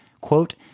Quote